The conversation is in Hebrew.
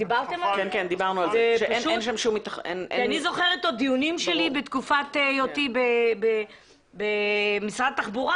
כי אני זוכרת דיונים שלי בתקופת היותי במשרד התחבורה,